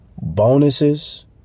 Bonuses